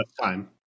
time